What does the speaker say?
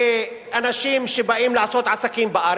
לאנשים שבאים לעשות עסקים בארץ.